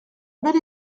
belle